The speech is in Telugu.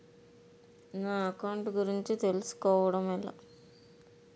నా అకౌంట్ గురించి తెలుసు కోవడం ఎలా?